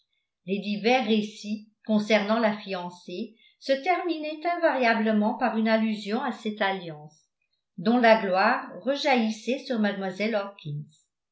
les divers récits concernant la fiancée se terminaient invariablement par une allusion à cette alliance dont la gloire rejaillissait sur